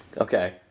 Okay